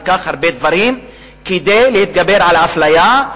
כל כך הרבה דברים כדי להתגבר על האפליה,